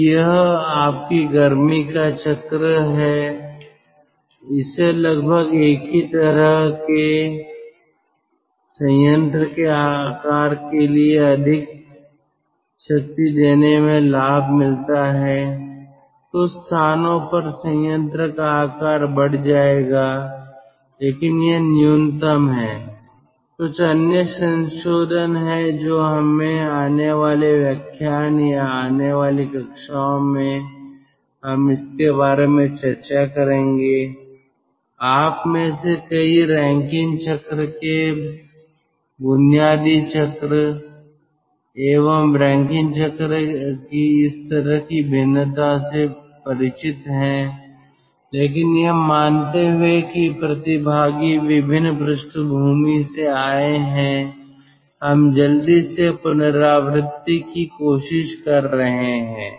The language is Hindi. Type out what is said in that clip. तो यह आपकी गर्मी का चक्र है इसे लगभग एक ही तरह के संयंत्र के आकार के लिए अधिक शक्ति देने में लाभ मिलता है कुछ स्थानों पर संयंत्र का आकार बढ़ जाएगा लेकिन यह न्यूनतम है कुछ अन्य संशोधन हैं जो हम आने वाले व्याख्यान या आने वाली कक्षाओं में हम इसके बारे में चर्चा करेंगे आप में से कई रैंकिन चक्र के बुनियादी प्रकार एवं रैंकिन चक्र की इस तरह की भिन्नता से परिचित हैं लेकिन यह मानते हुए की प्रतिभागी विभिन्न पृष्ठभूमि से आए हैं हम जल्दी से पुनरावृत्ति की कोशिश कर रहे हैं